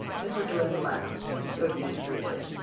mrs. lynde laughed good-naturedly.